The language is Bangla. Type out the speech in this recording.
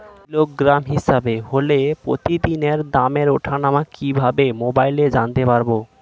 কিলোগ্রাম হিসাবে হলে প্রতিদিনের দামের ওঠানামা কিভাবে মোবাইলে জানতে পারবো?